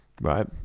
Right